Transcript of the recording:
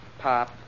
Pop